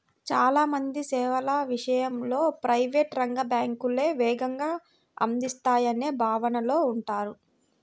చాలా మంది సేవల విషయంలో ప్రైవేట్ రంగ బ్యాంకులే వేగంగా అందిస్తాయనే భావనలో ఉంటారు